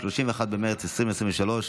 31 במרץ 2023,